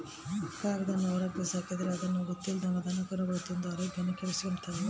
ಕಾಗದಾನ ಹೊರುಗ್ಬಿಸಾಕಿದ್ರ ಅದುನ್ನ ಗೊತ್ತಿಲ್ದಂಗ ದನಕರುಗುಳು ತಿಂದು ಆರೋಗ್ಯ ಕೆಡಿಸೆಂಬ್ತವ